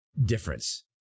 difference